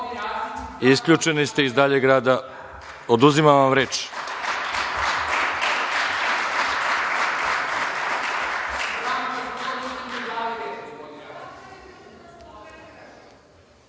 isključeni ste iz daljeg rada. Oduzimam vam